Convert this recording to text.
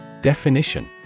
Definition